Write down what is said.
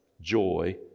joy